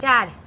Dad